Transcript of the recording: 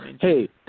Hey